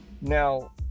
Now